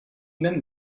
nennen